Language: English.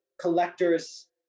collector's